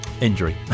injury